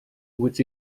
which